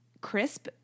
crisp